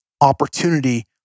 opportunity